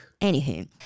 Anywho